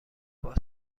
باز